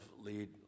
lead